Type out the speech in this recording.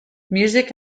music